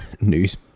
news